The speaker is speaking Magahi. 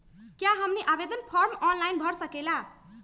क्या हमनी आवेदन फॉर्म ऑनलाइन भर सकेला?